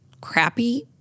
crappy